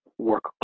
work